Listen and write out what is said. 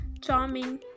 charming